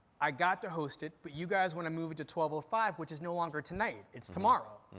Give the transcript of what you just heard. i got to host it, but you guys want to move it to twelve five, which is no longer tonight, it's tomorrow.